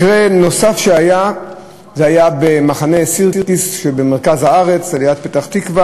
מקרה נוסף היה במחנה סירקין שבמרכז הארץ,